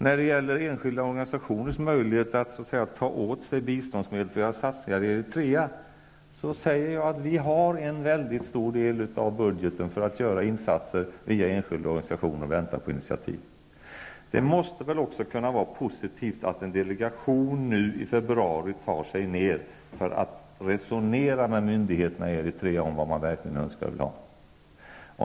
När det gäller enskilda organisationers möjligheter att så att säga ta åt sig biståndsmedel för att göra satsningar i Eritrea, är en stor del av budgeten avsatt för att göra insatser. Vi väntar på initiativ från enskilda organisationer. Det måste väl också kunna vara positivt att en delegation nu i februari tar sig ner till Eritrea för att resonera med myndigheterna där om vad de verkligen önskar.